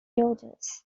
daughters